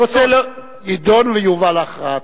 יידון ויובא להכרעה.